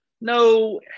No